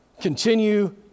continue